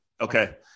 Okay